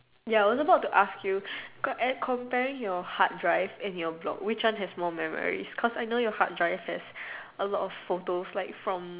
ya I was about to ask you com~ eh comparing your hard drive and your block which one has more memory because I know your hard drive has a lot of photos like from